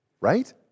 right